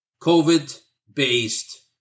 COVID-based